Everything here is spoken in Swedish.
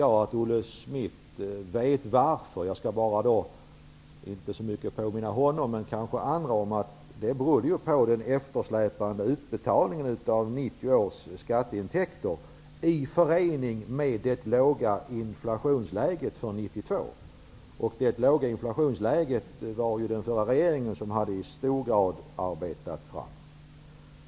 Jag vill påminna om att det berodde på den eftersläpande utbetalningen av 1990 års skatteintäckter, i förening med det låga inflationsläget för 1992. Det låga inflationläget hade i stor utsträckning den förra regeringen arbetat fram. Jag vet att Olle Schmidt vet det här, men det kanske inte alla gör.